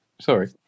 sorry